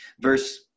Verse